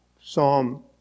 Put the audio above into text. Psalm